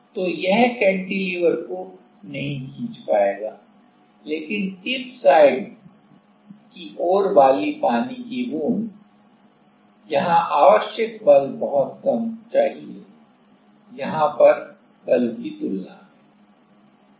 तो यह कैंटिलीवर को नीचे नहीं खींच पाएगा लेकिन टिप साइट की ओर वाली पानी की बूंद यहां आवश्यक बल बहुत कम चाहिए यहां पर बल की तुलना में